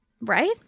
Right